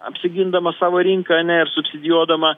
apsigindama savo rinką ane ir subsidijuodama